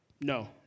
No